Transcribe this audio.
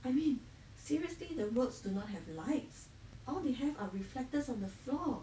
I mean seriously the roads do not have lights all they have are reflectors on the floor